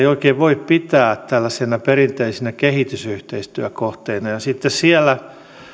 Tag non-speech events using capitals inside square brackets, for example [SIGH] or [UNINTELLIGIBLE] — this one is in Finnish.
[UNINTELLIGIBLE] oikein voi pitää tällaisina perinteisinä kehitysyhteistyökohteina ja sitten siellä nämä